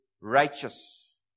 righteous